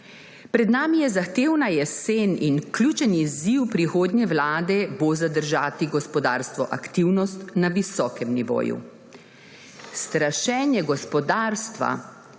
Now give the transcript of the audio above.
Pred nami je zahtevna jesen in ključen izziv prihodnje vlade bo zadržati gospodarsko aktivnost na visokem nivoju. Strašenje gospodarstva